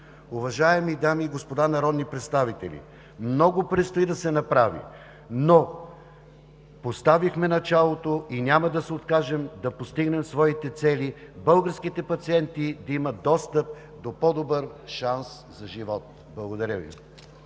Уважаеми дами и господа народни представители, много предстои да се направи, но поставихме началото и няма да се откажем да постигнем своите цели – българските пациенти да имат достъп до по-добър шанс за живот. Благодаря Ви.